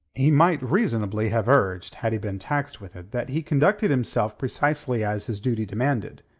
he might reasonably have urged had he been taxed with it that he conducted himself precisely as his duty demanded.